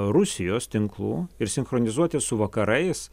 rusijos tinklų ir sinchronizuoti su vakarais